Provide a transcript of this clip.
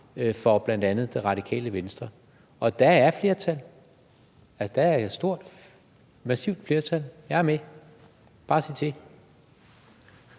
for bl.a. Det Radikale Venstre. Og der er flertal. Der er et stort, massivt flertal. Jeg er med. Bare sig til.